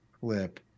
clip